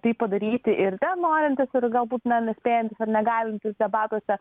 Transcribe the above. tai padaryti ir ten norintys ir galbūt ne nespėjantys ar negalintys debatuose